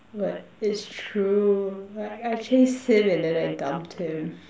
but it's true like I chased him and then I dumped him